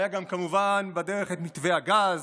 היה גם כמובן בדרך מתווה הגז,